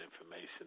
information